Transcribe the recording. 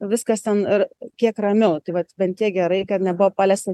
viskas ten ir kiek ramiau tai vat bent tiek gerai kad nebuvo paliesta